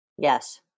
yes